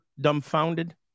dumbfounded